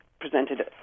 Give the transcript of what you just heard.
presented